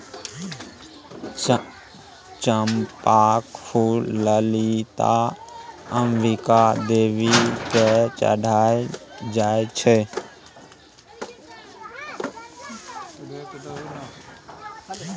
चंपाक फुल ललिता आ अंबिका देवी केँ चढ़ाएल जाइ छै